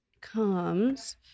comes